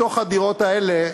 מתוך הדירות האלה,